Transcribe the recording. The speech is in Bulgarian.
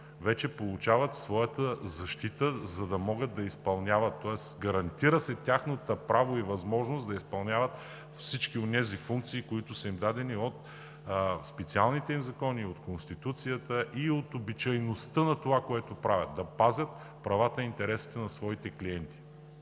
вече получават своята защита, за да могат да изпълняват, тоест гарантира се тяхната правова възможност да изпълняват всички онези функции, които са им дадени от специалните им закони, от Конституцията и от обичайността на това, което правят – да пазят правата и интересите на своите клиенти.